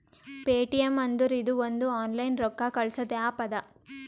Paytm ಅಂದುರ್ ಇದು ಒಂದು ಆನ್ಲೈನ್ ರೊಕ್ಕಾ ಕಳ್ಸದು ಆ್ಯಪ್ ಅದಾ